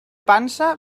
pansa